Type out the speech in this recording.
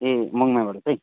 ए मङमायाबाट चाहिँ